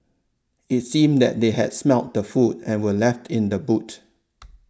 it seemed that they had smelt the food and were left in the boot